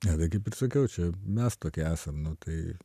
na tai kaip ir sakiau čia mes tokie esam nu tai